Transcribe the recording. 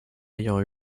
ayant